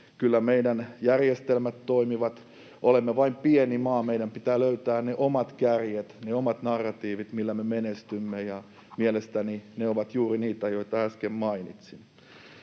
kyllä meidän järjestelmät toimivat. Olemme vain pieni maa. Meidän pitää löytää ne omat kärjet, ne omat narratiivit, millä me menestymme, ja mielestäni ne ovat juuri niitä, joita äsken mainitsin.